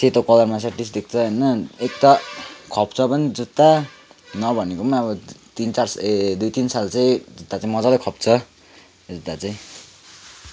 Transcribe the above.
सेतो कलरमा स्याटिस देख्छ होइन एक त खप्छ पनि जुत्ता नभनेको पनि अब तिन चार साल ए दुई तिन साल चाहिँ जुत्ता चाहिँ मजाले खप्छ यो जुत्ता चाहिँ